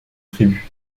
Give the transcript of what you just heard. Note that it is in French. tribu